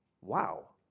wow